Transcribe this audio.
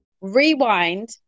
rewind